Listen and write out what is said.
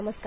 नमस्कार